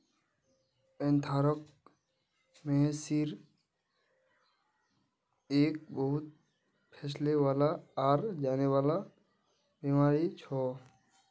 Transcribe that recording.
anthrax, मवेशिर एक बहुत फैलने वाला आर जानलेवा बीमारी छ